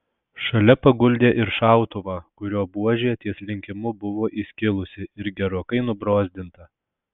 šalia paguldė ir šautuvą kurio buožė ties linkimu buvo įskilusi ir gerokai nubrozdinta